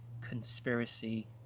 conspiracy